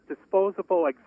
disposable